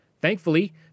Thankfully